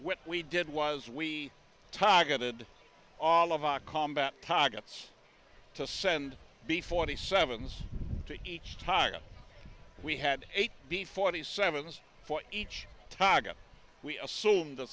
what we did was we targeted all of our combat targets to send b forty seven's to each target we had eight b forty seven's for each target we assume the